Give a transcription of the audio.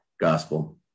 gospel